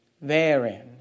therein